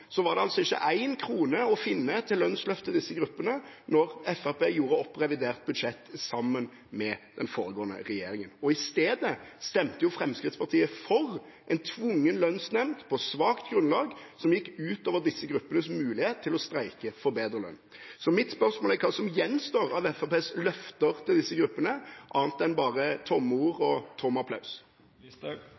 var det ikke én krone å finne til et lønnsløft for disse gruppene da Fremskrittspartiet gjorde opp revidert budsjett sammen med den foregående regjeringen. I stedet stemte Fremskrittspartiet for en tvungen lønnsnemnd på svakt grunnlag, noe som gikk ut over disse gruppenes mulighet til å streike for bedre lønn. Mitt spørsmål er: Hva er det som gjenstår av Fremskrittspartiets løfter til disse gruppene annet enn bare tomme ord og tom applaus?